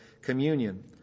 communion